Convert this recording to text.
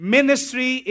Ministry